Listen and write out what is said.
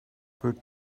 put